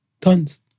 Tons